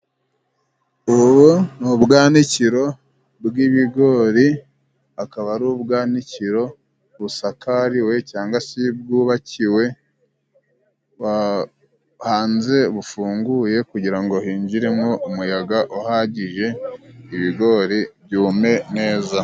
Ubu ni ubwanikiro bw'ibigori. Akaba ari ubwanikiro busakariwe cyangwa se bwubakiwe hanze bufunguye kugirango hinjiremo umuyaga uhagije ibigori byume neza.